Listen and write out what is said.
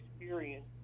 experience